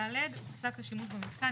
(ד) הופסק השימוש במיתקן,